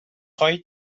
خوای